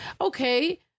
okay